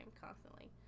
constantly